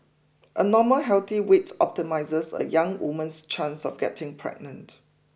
a normal healthy weight optimises a young woman's chance of getting pregnant